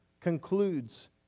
concludes